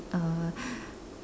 uh